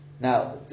Now